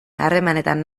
harremanetan